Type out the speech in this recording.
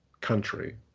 country